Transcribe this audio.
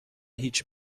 هیچ